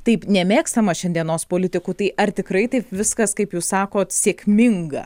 taip nemėgstamas šiandienos politikų tai ar tikrai taip viskas kaip jūs sakot sėkminga